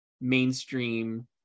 mainstream